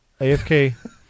Afk